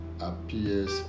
appears